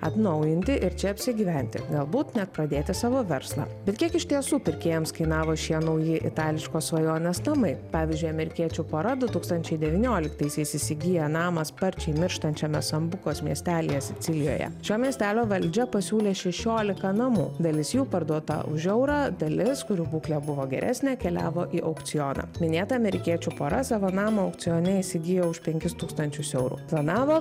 atnaujinti ir čia apsigyventi galbūt net pradėti savo verslą bet kiek iš tiesų pirkėjams kainavo šie nauji itališkos svajonės namai pavyzdžiui amerikiečių pora du tūkstančiai devynioliktaisiais įsigijo namą sparčiai mirštančiame sambukos miestelyje sicilijoje šio miestelio valdžia pasiūlė šešiolika namų dalis jų parduota už eurą dalis kurių būklė buvo geresnė keliavo į aukcioną minėta amerikiečių pora savo namą aukcione įsigijo už penkis tūkstančius eurų planavo